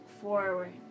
forward